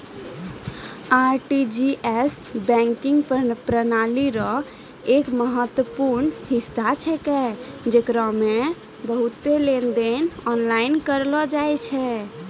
RTGS banking प्रणाली रो एक महत्वपूर्ण हिस्सा छेकै जेकरा मे बहुते लेनदेन आनलाइन करलो जाय छै